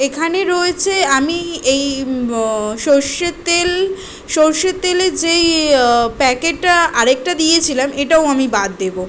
এখানে রয়েছে আমি এই মো সরষের তেল সরষের তেলের যেই প্যাকেটটা আরেকটা দিয়েছিলাম এটাও আমি বাদ দেবো